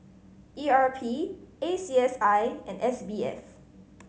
E R P A C S I and S B F